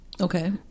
okay